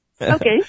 Okay